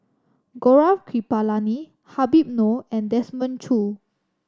Gaurav Kripalani Habib Noh and Desmond Choo